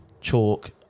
Chalk